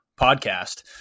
podcast